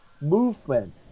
movement